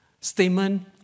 statement